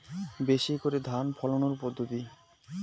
বেশি করে ধান ফলানোর পদ্ধতি?